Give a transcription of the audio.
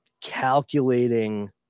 Calculating